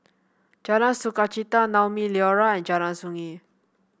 Jalan Sukachita Naumi Liora and Jalan Sungei